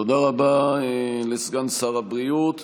תודה רבה לסגן שר הבריאות.